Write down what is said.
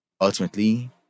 Ultimately